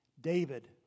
David